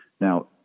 Now